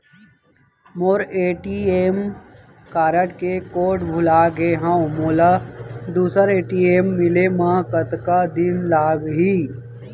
मोर ATM card के code भुला गे हव, मोला दूसर ए.टी.एम मिले म कतका दिन लागही?